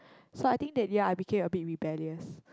so I think that year I became a bit rebellious